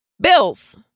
Bills